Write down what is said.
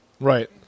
right